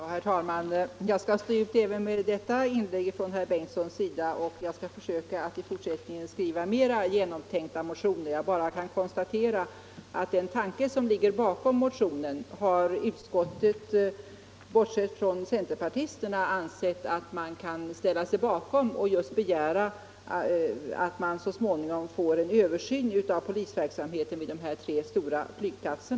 Herr talman! Jag skall stå ut även med detta inlägg från herr Bengtsson i Göteborg, och jag skall försöka att i fortsättningen skriva mera genomtänkta motioner. Jag kan bara konstatera att den tanke som ligger bakom motionen har utskottet, bortsett från centerpartisterna, ansett att man kan ansluta sig till. Utskottet anser också att en översyn bör göras av polisverksamheten vid våra tre stora flygplatser.